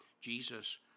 Jesus